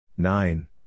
Nine